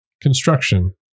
Construction